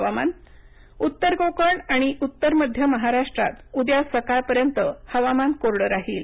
हवामान उत्तर कोकण आणि उत्तर मध्य महाराष्ट्रात उद्या सकाळपर्यंत हवामान कोरडं राहील